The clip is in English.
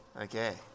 Okay